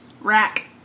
Rack